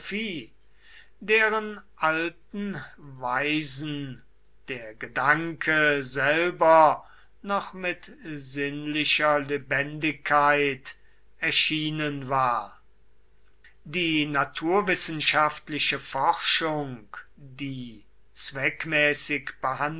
deren alten weisen der gedanke selber noch mit sinnlicher lebendigkeit erschienen war die naturwissenschaftliche forschung die zweckmäßig